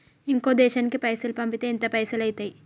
ఇంకో దేశానికి పైసల్ పంపితే ఎంత పైసలు అయితయి?